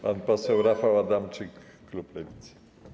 Pan poseł Rafał Adamczyk, klub Lewicy.